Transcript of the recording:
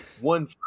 one